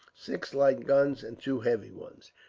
six light guns and two heavy ones.